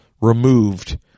removed